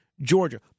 Georgia